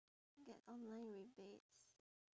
get online rebates